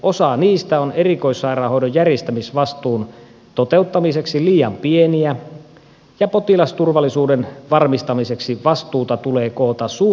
osa niistä on erikoissairaanhoidon järjestämisvastuun toteuttamiseksi liian pieniä ja potilasturvallisuuden varmistamiseksi vastuuta tulee koota suurempiin kokonaisuuksiin